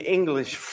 English